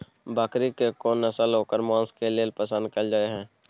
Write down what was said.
बकरी के कोन नस्ल ओकर मांस के लेल पसंद कैल जाय हय?